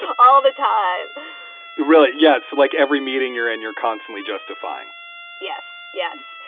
but all the time you really? yeah. so like every meeting you're in, you're constantly justifying yes. yes.